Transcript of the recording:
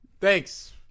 Thanks